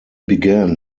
began